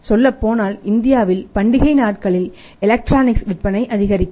சொல்லப்போனால் இந்தியாவில் பண்டிகை நாட்களில் எலக்ட்ரானிக்ஸ் விற்பனை அதிகரிக்கும்